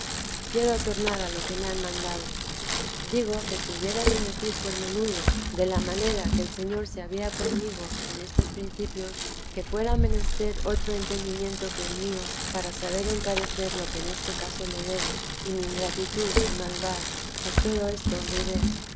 tenga quiero tornar a lo que me han mandado digo que si hubiera de decir por menudo de la manera que el señor se había conmigo en estos principios que fuera menester otro entendimiento que el mío para saber encarecer lo que en este caso le debo y mi ingratitud y maldad pues todo esto olvidé